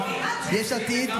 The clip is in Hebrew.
יש עתיד,